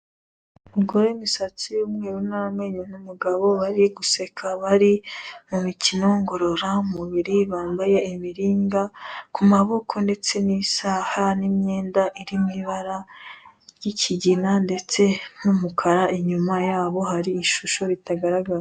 Umugabo w'imisatsi y'umweru n'amenyo n'umugabo bari guseka, bari mu mikino ngororamubiri, bambaye ibiringa ku maboko ndetse n'isaha n'imyenda iri mu ibara ry'ikigina ndetse n'umukara, inyuma yabo hari ishusho ritagaragara.